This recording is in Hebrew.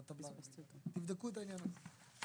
תבדקו את העניין הזה.